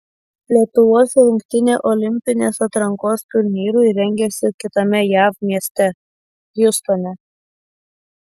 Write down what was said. lietuvos rinktinė olimpinės atrankos turnyrui rengiasi kitame jav mieste hjustone